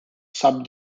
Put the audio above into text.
sub